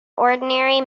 ordinary